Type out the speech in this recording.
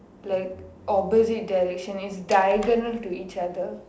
like opposite direction is diagonal to each other